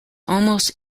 almost